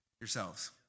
yourselves